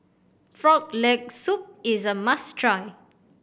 Frog Leg Soup is a must try